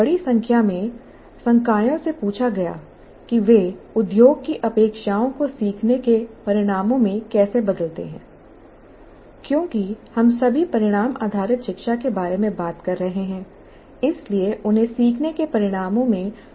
बड़ी संख्या में संकायों से पूछा गया कि वे उद्योग की अपेक्षाओं को सीखने के परिणामों में कैसे बदलते हैं क्योंकि हम सभी परिणाम आधारित शिक्षा के बारे में बात कर रहे हैं इसलिए उन्हें सीखने के परिणामों में अनुवाद करना होगा